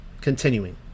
Continuing